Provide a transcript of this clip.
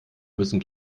müssen